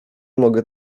mogę